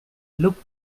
looked